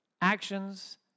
Actions